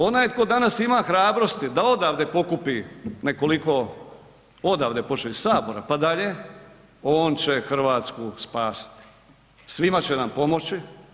Onaj tko danas ima hrabrosti da odavde pokupi nekoliko, odavde počevši od Sabora pa dalje, on će Hrvatsku spasiti, svima će nam pomoći.